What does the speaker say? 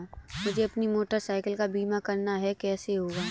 मुझे अपनी motorcycle का बीमा करना है कैसे होगा?